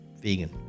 vegan